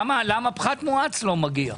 למה פחת מואץ לא מגיע?